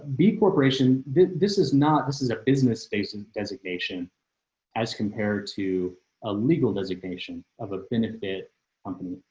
b corp, this this is not this is a business facing designation as compared to a legal designation of a benefit company.